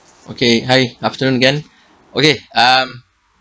okay hi afternoon again okay um